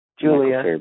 Julia